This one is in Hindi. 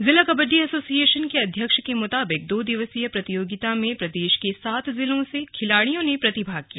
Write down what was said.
जिला कबड्डी एसोसिएशन के अध्यक्ष के मुताबिक दो दिवसीय प्रतियोगिता में प्रदेश के सात जिलों से खिलाड़ियों ने प्रतिभाग किया